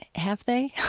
have they